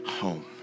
home